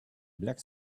black